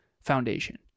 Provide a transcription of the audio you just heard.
foundation